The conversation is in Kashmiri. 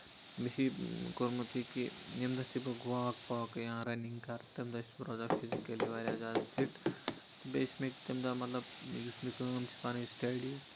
مےٚ چھُ یہِ کوٚرمُت یہِ کہِ ییٚمہِ دۄہ تہِ بہٕ واک پاک یا رَننٛگ کرٕ تہٕ تَمہِ دۄہ چھُس بہٕ روزان فِزِکٔلی واریاہ فِٹ تہٕ بیٚیہِ چھُ مےٚ تَمہِ دۄہ مطلب یُس مےٚ کٲم چھِ مطلب پَنٕنۍ سٔٹیڈیٖز